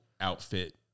outfit